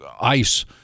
ice